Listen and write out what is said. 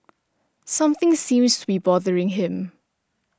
something seems to be bothering him